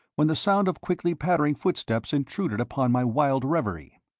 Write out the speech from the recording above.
when the sound of quickly pattering footsteps intruded upon my wild reverie.